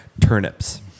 Turnips